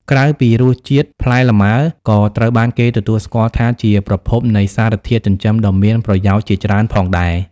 ក្រៅពីរសជាតិ ផ្លែលម៉ើក៏ត្រូវបានគេទទួលស្គាល់ថាជាប្រភពនៃសារធាតុចិញ្ចឹមដ៏មានប្រយោជន៍ជាច្រើនផងដែរ។